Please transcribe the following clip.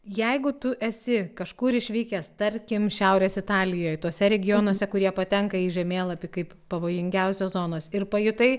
jeigu tu esi kažkur išvykęs tarkim šiaurės italijoj tuose regionuose kurie patenka į žemėlapį kaip pavojingiausios zonos ir pajutai